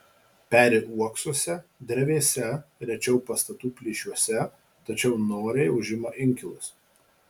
peri uoksuose drevėse rečiau pastatų plyšiuose tačiau noriai užima inkilus